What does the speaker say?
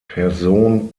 person